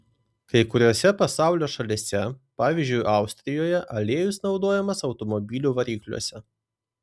kai kuriose pasaulio šalyse pavyzdžiui austrijoje aliejus naudojamas automobilių varikliuose